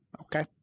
Okay